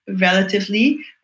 relatively